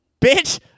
Bitch